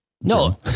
no